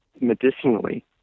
medicinally